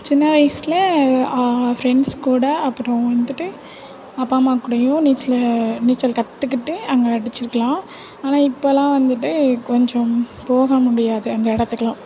சின்ன வயதில் ஃப்ரெண்ட்ஸ்க்கூட அப்புறம் வந்துட்டு அப்பா அம்மாக்கூடையும் நீச்சல் நீச்சல் கத்துக்கிட்டு அங்கே அடிச்சிருக்கலாம் ஆனால் இப்போலாம் வந்துட்டு கொஞ்சம் போக முடியாது அந்த இடத்துக்குலாம்